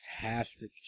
fantastic